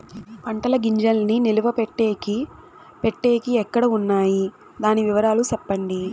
పంటల గింజల్ని నిలువ పెట్టేకి పెట్టేకి ఎక్కడ వున్నాయి? దాని వివరాలు సెప్పండి?